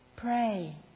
Pray